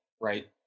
right